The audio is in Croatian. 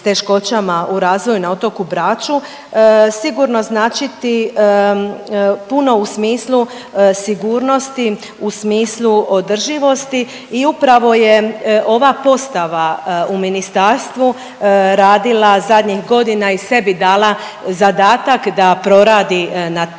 u razvoju na otoku Braču, sigurno značiti puno u smislu sigurnosti, u smislu održivosti i upravo je ova postava u ministarstvu radila zadnjih godina i sebi dala zadatak da proradi na tome